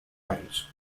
ions